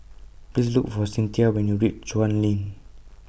Please Look For Cynthia when YOU REACH Chuan LINK